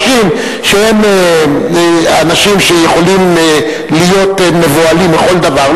אנשים שיכולים להיות מבוהלים מכל דבר,